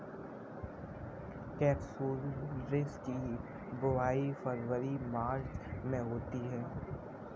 capsularis की बुवाई फरवरी मार्च में होती है